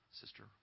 Sister